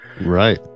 Right